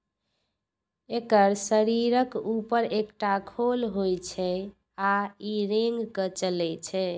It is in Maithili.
एकर शरीरक ऊपर एकटा खोल होइ छै आ ई रेंग के चलै छै